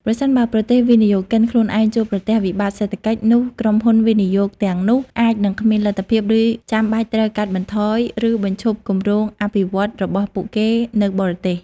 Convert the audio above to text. ប្រសិនបើប្រទេសវិនិយោគិនខ្លួនឯងជួបប្រទះ វិបត្តិសេដ្ឋកិច្ច នោះក្រុមហ៊ុនវិនិយោគទាំងនោះអាចនឹងគ្មានលទ្ធភាព ឬចាំបាច់ត្រូវ កាត់បន្ថយ ឬបញ្ឈប់គម្រោងអភិវឌ្ឍន៍ របស់ពួកគេនៅបរទេស។